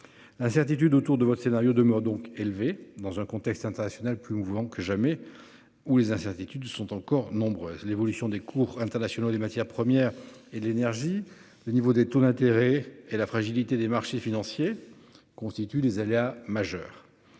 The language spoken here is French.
L'incertitude autour de votre scénario demeure donc élevé, dans un contexte international plus voulons que jamais où les incertitudes sont encore nombreuses. L'évolution des cours internationaux des matières premières et l'énergie, le niveau des taux d'intérêt et la fragilité des marchés financiers constituent les aléas majeur.